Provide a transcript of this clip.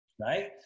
right